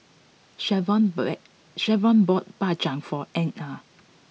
Shavon but it bought Bak Chang for Inga